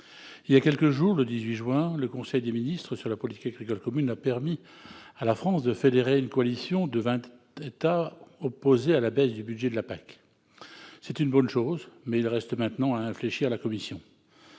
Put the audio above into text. Il y a quelques jours, le 18 juin, le Conseil des ministres sur la politique agricole commune a permis à la France de fédérer une coalition de vingt États opposés à la baisse du budget de la PAC. C'est une bonne chose, mais il reste maintenant à infléchir la position